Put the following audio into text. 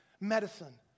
medicine